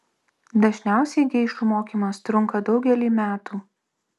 dažniausiai geišų mokymas trunka daugelį metų